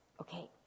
Okay